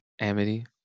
Amity